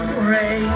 pray